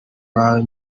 wawe